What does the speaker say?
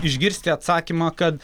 išgirsti atsakymą kad